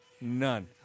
None